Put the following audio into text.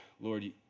Lord